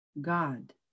God